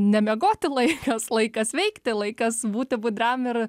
ne miegoti laikas laikas veikti laikas būti budriam ir